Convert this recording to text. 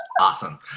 awesome